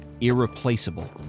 irreplaceable